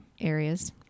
areas